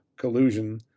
collusion